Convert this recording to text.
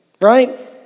Right